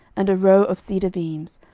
and a row of cedar beams,